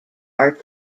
are